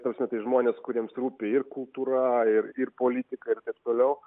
ta prasme tai žmonės kuriems rūpi ir kultūra ir ir politika ir taip toliau